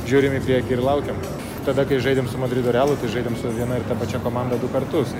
žiūrim į priekį ir laukiam tada kai žaidėm su madrido realu tai žaidėm su viena ir ta pačia komanda du kartus